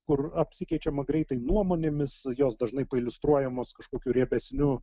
kur apsikeičiama greitai nuomonėmis jos dažnai pailiustruojamos kažkokiu riebesniu